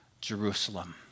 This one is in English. Jerusalem